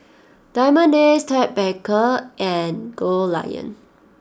Diamond Days Ted Baker and Goldlion